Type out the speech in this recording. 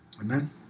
Amen